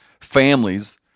families